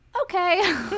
okay